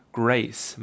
grace